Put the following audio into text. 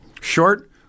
Short